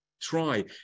Try